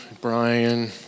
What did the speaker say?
Brian